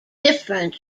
different